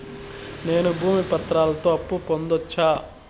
నేను భూమి పత్రాలతో అప్పు పొందొచ్చా?